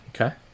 Okay